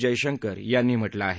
जयशंकर यांनी म्हटलं आहे